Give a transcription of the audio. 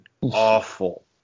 awful